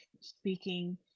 speaking